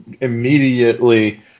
immediately